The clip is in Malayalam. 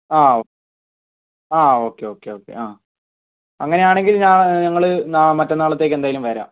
ആ ഓക്കെ ആ ഓക്കെ ഓക്കെ ഓക്കെ ആ അങ്ങനെയാണെങ്കിൽ ഞാൻ ഞങ്ങൾ മറ്റന്നാളത്തേക്ക് എന്തായാലും വരാം